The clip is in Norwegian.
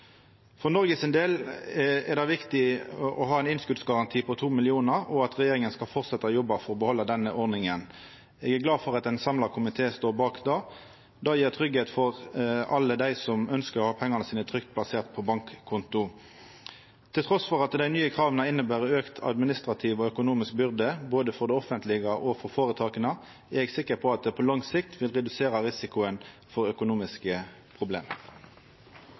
For Noreg sin del er det viktig å ha ein innskotsgaranti på 2 mill. kr, og at regjeringa skal fortsetja å jobba for å behalda denne ordninga. Eg er glad for at ein samla komité står bak dette. Det gjev tryggleik for alle dei som ønskjer å ha pengane sine trygt plasserte på bankkonto. Trass i at dei nye krava inneber auka administrativ og økonomisk byrde, både for det offentlege og for føretaka, er eg sikker på at det på lang sikt vil redusera risikoen for økonomiske problem.